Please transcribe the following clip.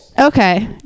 Okay